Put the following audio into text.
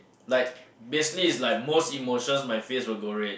like basically is like most emotions my face will go red